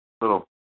little